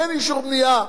אין אישור בנייה.